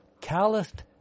calloused